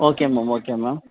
okay ma'am okay ma'am